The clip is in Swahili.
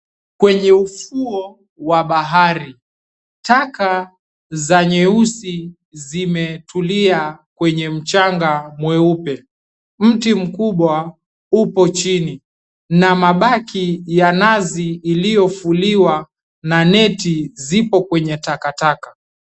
Kwenye ufuo wa bahari, taka nyeusi zimetulia kwenye mchanga mweupe. Mti mkubwa upo chini na mabaki ya nazi iliyofuliwa na neti zipo kwenye takataka.